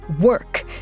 Work